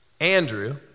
Andrew